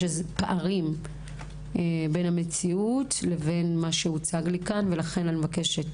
פערים בין המציאות למה שהוצג לי כאן לכן אני מבקשת